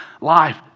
Life